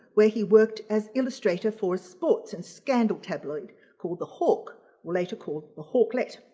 where he worked as illustrator for sports and scandal tabloid called the hawk were later called the hawklette.